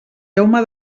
jaume